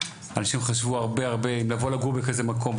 אנשים חשבו הרבה הרבה אם לבוא לגור בכזה מקום,